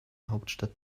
hauptstadt